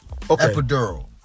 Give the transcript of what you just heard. Epidural